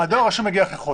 הדואר הרשום מגיע אחרי חודש.